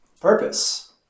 purpose